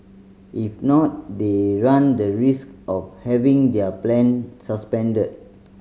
if not they run the risk of having their plan suspended